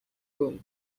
room